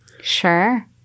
sure